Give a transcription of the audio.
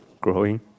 growing